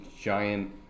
giant